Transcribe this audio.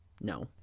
no